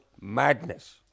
madness